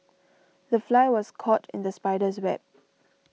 the fly was caught in the spider's web